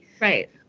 Right